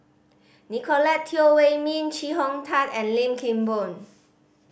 Nicolette Teo Wei Min Chee Hong Tat and Lim Kim Boon